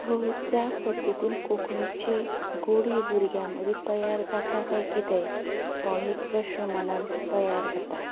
थंय त्या पद्दतीन कोंकणीची गोडी भुरग्यां मदीं तयार जाता कांय कितें हो एक प्रस्न मनांत तयार जाता